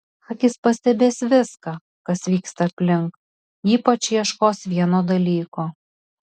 akys pastebės viską kas vyksta aplink ypač ieškos vieno dalyko